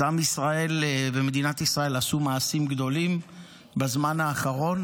אז עם ישראל ומדינת ישראל עשו מעשים גדולים בזמן האחרון,